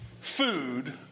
food